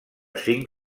cinc